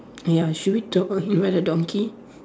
ya should we talk about him donkey